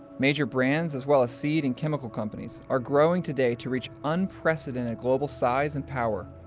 major brands, as well as seed and chemical companies, are growing today to reach unprecedented global size and power.